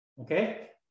okay